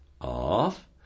off